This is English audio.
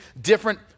different